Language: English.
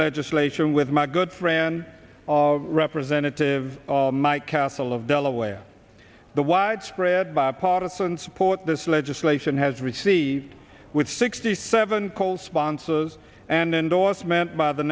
legislation with my good friend representative mike castle of delaware the widespread bipartisan support this legislation has received with sixty seven coal sponsors and endorsement by the